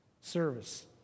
service